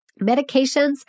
Medications